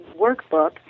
workbook